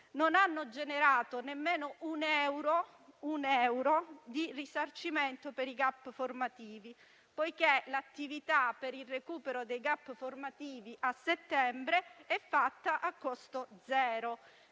non hanno generato nemmeno un euro di risarcimento per i *gap* formativi poiché l'attività per il recupero dei *gap* formativi, a settembre è fatta a costo zero,